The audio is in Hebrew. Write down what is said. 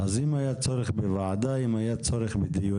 אז אם היה צורך בוועדה, אם היה צורך בדיונים,